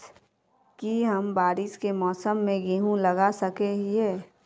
की हम बारिश के मौसम में गेंहू लगा सके हिए?